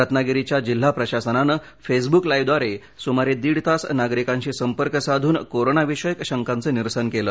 रत्नागिरीच्या जिल्हा प्रशासनानं फेसब्क लाइव्हद्वारे सुमारे दीड तास नागरिकांशी संपर्क साधून कोरोनाविषयक शंकांचं निरसन केलं